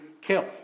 kill